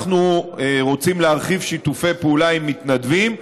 אנחנו רוצים להרחיב שיתופי פעולה עם מתנדבים.